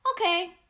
okay